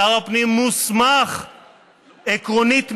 שר הפנים מוסמך עקרונית,